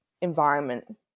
environment